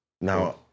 Now